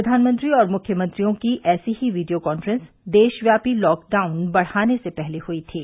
प्रधानमंत्री और मुख्यमंत्रियों की ऐसी ही वीडियो काफ्रेंस देशव्यापी लॉकडाउन बढाने से पहले हुई थी